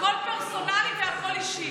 הכול פרסונלי והכול אישי.